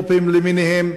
מו"פים למיניהם,